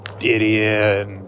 idiot